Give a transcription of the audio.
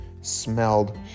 smelled